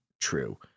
true